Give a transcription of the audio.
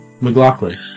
McLaughlin